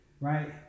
right